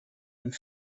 and